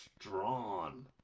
strong